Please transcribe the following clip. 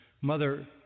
Mother